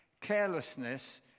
carelessness